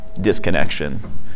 disconnection